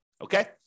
okay